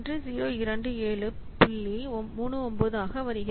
39 ஆக வருகிறது